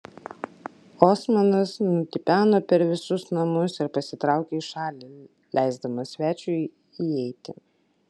osmanas nutipeno per visus namus ir pasitraukė į šalį leisdamas svečiui įeiti